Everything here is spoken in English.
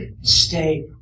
stay